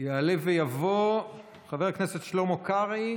יעלה ויבוא חבר הכנסת שלמה קרעי.